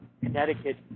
Connecticut